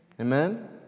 Amen